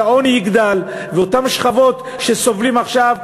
העוני יגדל ואותן שכבות שסובלות עכשיו,